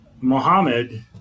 Muhammad